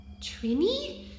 trini